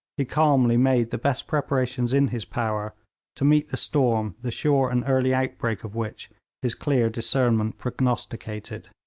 he calmly made the best preparations in his power to meet the storm the sure and early outbreak of which his clear discernment prognosticated.